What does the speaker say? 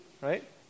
right